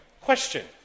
question